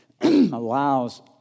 allows